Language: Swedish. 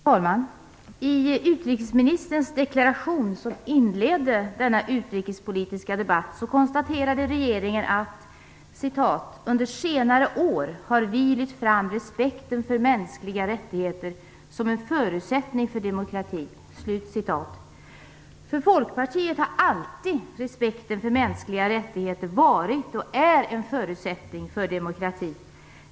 Herr talman! I utrikesministerns deklaration som inledde denna utrikespolitiska debatt konstaterar regeringen följande: "Under senare år har vi lyft fram respekten för mänskliga rättigheter som en förutsättning för demokrati." För Folkpartiet har respekten för mänskliga rättigheter alltid varit och fortsätter att vara en förutsättning för demokrati.